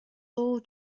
all